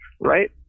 right